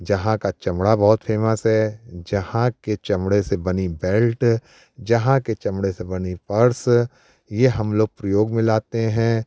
जहाँ का चमड़ा बहुत फेमस है जहाँ के चमड़े से बनी बेल्ट जहाँ के चमड़े से बनी पर्स ये हम लोग प्रयोग में लाते हैं